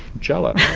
jello. yeah.